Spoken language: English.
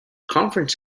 conference